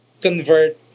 convert